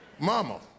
mama